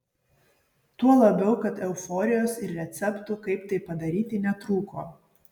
tuo labiau kad euforijos ir receptų kaip tai padaryti netrūko